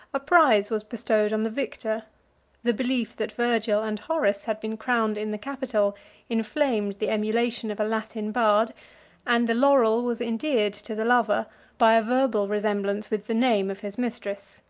a prize was bestowed on the victor the belief that virgil and horace had been crowned in the capitol inflamed the emulation of a latin bard and the laurel was endeared to the lover by a verbal resemblance with the name of his mistress.